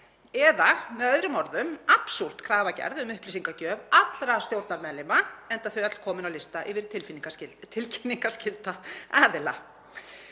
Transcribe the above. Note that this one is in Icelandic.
eða með öðrum orðum absúrd krafa gerð um upplýsingagjöf allra stjórnarmeðlima, enda þau öll komin á lista yfir tilkynningarskylda aðila.